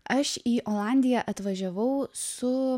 aš į olandiją atvažiavau su